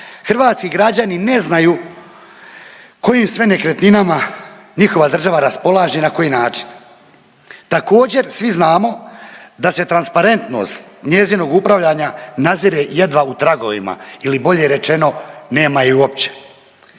hrvatski građani ne znaju kojim sve nekretninama njihova država raspolaže i na koji način. Također svi znamo da se transparentnost njezinog upravljanja nazire jedva u tragovima ili bolje rečeno nema ih uopće.